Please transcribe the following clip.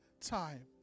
time